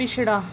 पिछड़ा